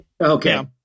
Okay